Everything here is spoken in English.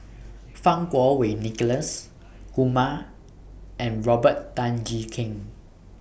Fang Kuo Wei Nicholas Kumar and Robert Tan Jee Keng